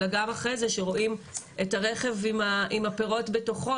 אלא גם אחרי זה שרואים את הרכב עם הפירות בתוכו,